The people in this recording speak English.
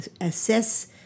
assess